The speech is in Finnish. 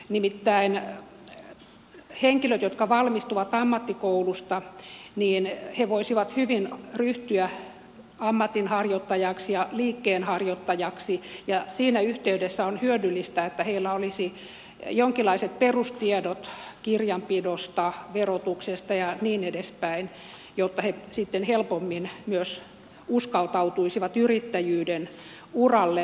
nimittäin henkilöt jotka valmistuvat ammattikoulusta voisivat hyvin ryhtyä ammatinharjoittajiksi ja liikkeenharjoittajiksi ja siinä yhteydessä on hyödyllistä että heillä olisi jonkinlaiset perustiedot kirjanpidosta verotuksesta ja niin edespäin jotta he sitten helpommin myös uskaltautuisivat yrittäjyyden uralle